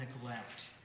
neglect